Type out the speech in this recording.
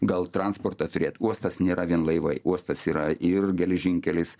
gal transportą turėt uostas nėra vien laivai uostas yra ir geležinkelis